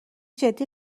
جدی